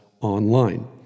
online